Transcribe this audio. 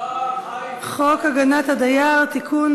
הצעת חוק הגנת הדייר (תיקון,